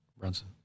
Brunson